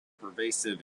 pervasive